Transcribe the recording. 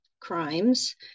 crimes